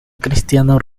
cristiano